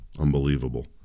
unbelievable